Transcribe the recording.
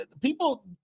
People